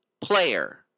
player